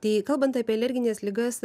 tai kalbant apie alergines ligas